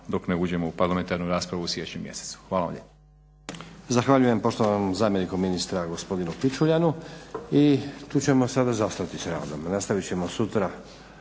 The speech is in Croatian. dok ne uđemo u parlamentarnu raspravu u siječnju mjesecu. Hvala vam